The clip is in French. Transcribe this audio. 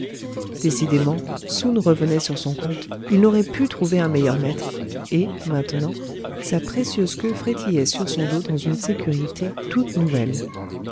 décidément soun revenait sur son compte il n'aurait pu trouver un meilleur maître et maintenant sa précieuse queue frétillait sur son dos dans une sécurité toute nouvelle